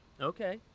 okay